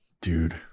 dude